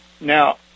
now